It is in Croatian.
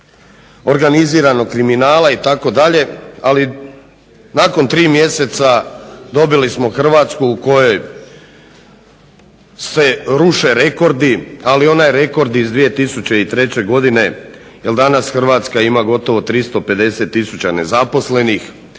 organiziranog kriminala itd. ali nakon tri mjeseca dobili smo Hrvatsku u kojoj se ruše rekordi ali oni rekordi iz 2003. godine jer danas Hrvatska ima gotovo 350 tisuća nezaposlenih.